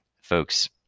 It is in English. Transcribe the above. folks